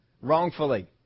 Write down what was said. wrongfully